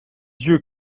yeux